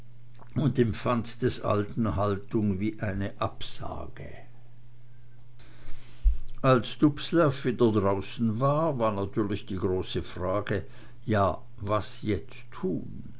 und empfand des alten haltung wie eine absage als dubslav wieder draußen war war natürlich die große frage ja was jetzt tun